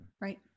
Right